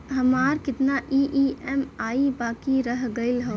हमार कितना ई ई.एम.आई बाकी रह गइल हौ?